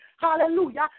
hallelujah